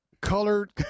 colored